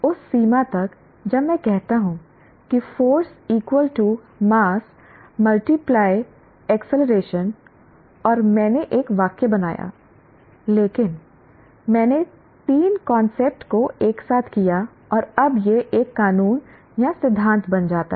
उस सीमा तक जब मैं कहता हूं कि force equal to mass multiply acceleration और मैंने एक वाक्य बनाया लेकिन मैंने तीन कांसेप्ट को एक साथ किया और अब यह एक कानून या एक सिद्धांत बन जाता है